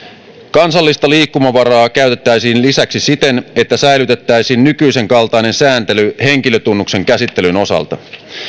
kansallista liikkumavaraa käytettäisiin lisäksi siten että säilytettäisiin nykyisen kaltainen sääntely henkilötunnuksen käsittelyn osalta